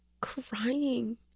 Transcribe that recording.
crying